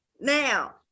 Now